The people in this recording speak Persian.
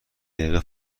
دقیقه